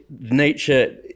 nature